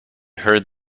heard